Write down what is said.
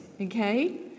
Okay